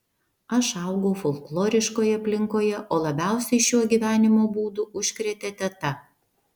aš augau folkloriškoje aplinkoje o labiausiai šiuo gyvenimo būdu užkrėtė teta